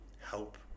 help